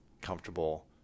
comfortable